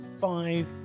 five